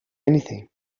anything